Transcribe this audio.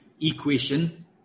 equation